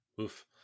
Oof